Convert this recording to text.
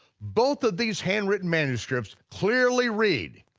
both of these handwritten manuscripts clearly read,